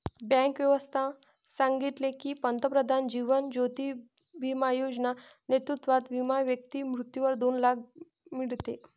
bank व्यवस्था सांगितले की, पंतप्रधान जीवन ज्योती बिमा योजना नेतृत्वात विमा व्यक्ती मृत्यूवर दोन लाख मीडते